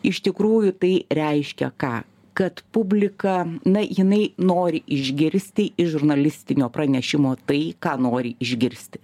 iš tikrųjų tai reiškia ką kad publika na jinai nori išgirsti iš žurnalistinio pranešimo tai ką nori išgirsti